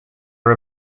are